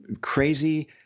crazy